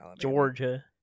Georgia